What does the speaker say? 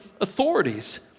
authorities